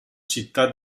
città